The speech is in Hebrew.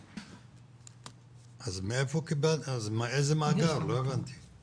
אז מאיזה מאגר, לא הבנתי?